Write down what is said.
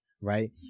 right